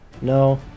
No